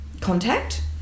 contact